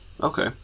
Okay